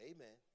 Amen